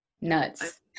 nuts